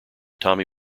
tommy